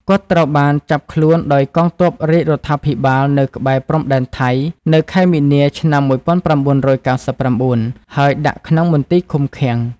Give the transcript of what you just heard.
គាត់ ត្រូវបាន ចាប់ខ្លួន ដោយកងទ័ពរាជរដ្ឋាភិបាលនៅក្បែរ ព្រំដែនថៃ នៅខែមីនា ឆ្នាំ១៩៩៩ ហើយ ដាក់ក្នុងមន្ទីរឃុំឃាំង ។